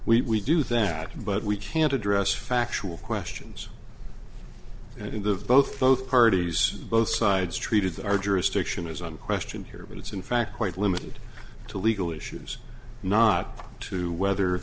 judgment we do that but we can't address factual questions and of both both parties both sides treated our jurisdiction is on question here but it's in fact quite limited to legal issues not to whether